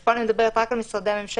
פה אני מדברת רק על משרדי הממשלה,